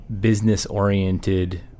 business-oriented